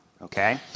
Okay